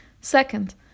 Second